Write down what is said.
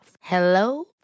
Hello